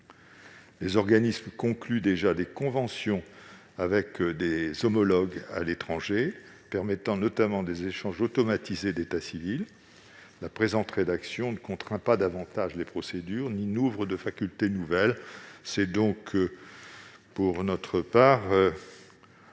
Les organismes concluent déjà des conventions avec leurs homologues à l'étranger, permettant notamment des échanges automatisés d'état civil. La présente rédaction ne contraint pas davantage les procédures ni n'ouvre de faculté nouvelle. Nous vous invitons donc